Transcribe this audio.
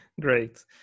great